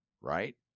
Right